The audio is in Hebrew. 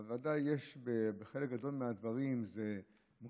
אבל ודאי יש בחלק גדול מהדברים מודעות,